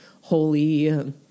holy